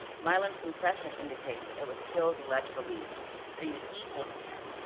milam's confession indicates that it was till's alleged belief that he was equal to him,